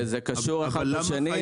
זה קשור אחד לשני.